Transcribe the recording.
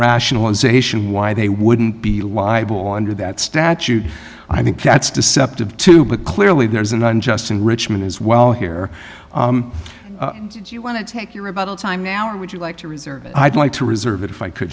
rationalization why they wouldn't be liable under that statute i think that's deceptive too but clearly there's an unjust enrichment as well here do you want to take your rebuttal time now or would you like to reserve i'd like to reserve if i could